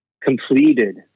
completed